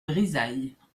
brizailles